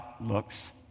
looks